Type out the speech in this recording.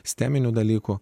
sisteminių dalykų